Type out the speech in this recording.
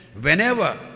whenever